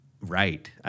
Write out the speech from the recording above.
right